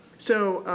so,